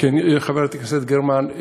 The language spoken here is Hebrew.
חברת הכנסת גרמן,